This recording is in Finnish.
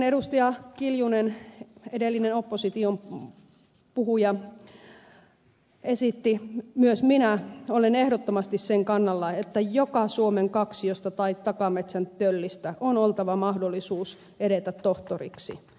anneli kiljunen edellinen opposition puhuja esitti myös minä olen ehdottomasti sen kannalla että joka suomen kaksiosta tai takametsän töllistä on oltava mahdollisuus edetä tohtoriksi